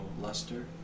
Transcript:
luster